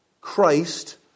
Christ